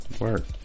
Work